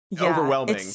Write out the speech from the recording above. overwhelming